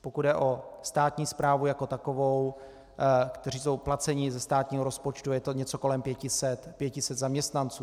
Pokud jde o státní správu jako takovou, kteří jsou placeni ze státního rozpočtu, je to něco kolem 500 zaměstnanců.